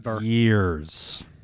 years